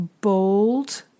bold